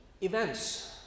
events